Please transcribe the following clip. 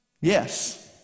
Yes